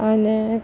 અને